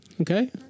Okay